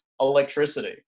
electricity